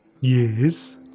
Yes